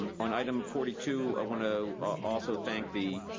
on item forty two, i want to also thank the,